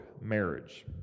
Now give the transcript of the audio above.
marriage